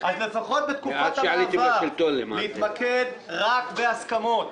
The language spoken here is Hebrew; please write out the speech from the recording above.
אז לפחות בתקופת המעבר בואו נתמקד רק בהסכמות.